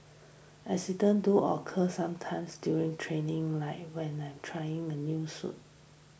accidents do occur sometimes during training like when I'm trying a new suit